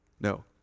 No